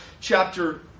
chapter